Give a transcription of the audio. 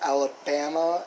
Alabama